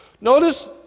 Notice